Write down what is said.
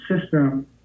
system